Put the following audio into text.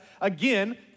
again